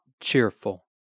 cheerful